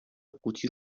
قوطی